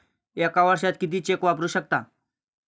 एका वर्षात किती चेक वापरू शकता?